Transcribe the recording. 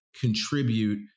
contribute